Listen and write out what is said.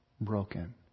Broken